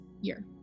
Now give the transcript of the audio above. year